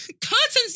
Curtains